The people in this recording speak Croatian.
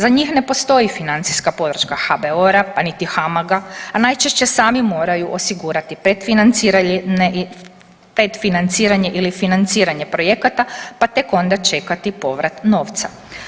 Za njih ne postoji financijska podrška HBOR-a pa niti HAMAG-a, a najčešće sami moraju osigurati predfinanciranje ili financiranje projekata pa tek onda čekati povrat novca.